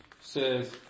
says